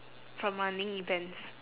from running events